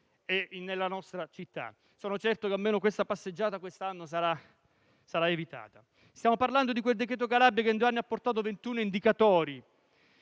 Calabria. Sono certo che almeno questa passeggiata quest'anno sarà evitata. Stiamo parlando di quel decreto Calabria che in due anni ha portato 21 indicatori